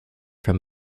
from